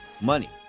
Money